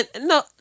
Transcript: no